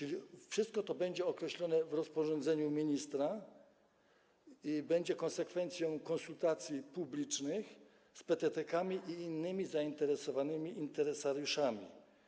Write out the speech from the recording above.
A więc wszystko to będzie określone w rozporządzeniu ministra i będzie konsekwencją konsultacji publicznych z PTTK-ami i innymi zainteresowanymi interesariuszami.